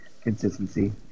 consistency